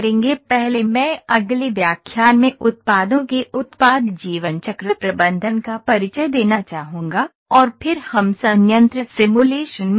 पहले मैं अगले व्याख्यान में उत्पादों के उत्पाद जीवन चक्र प्रबंधन का परिचय देना चाहूंगा और फिर हम संयंत्र सिमुलेशन में जाएंगे